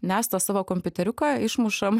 mes tą savo kompiuteriuką išmušam